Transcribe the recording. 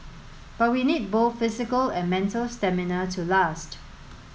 but we need both physical and mental stamina to last